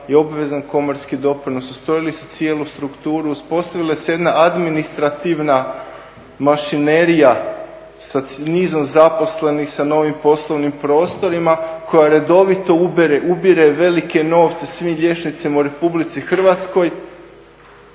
i obvezni komorski doprinos. Ustrojili su cijelu strukturu, uspostavila se jedna administrativna mašinerija sa nizom zaposlenih, sa novim poslovnim prostorima koja redovito ubire velike novce svim liječnicima u Republici Hrvatskoj,